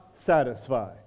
satisfy